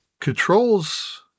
controls